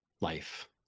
life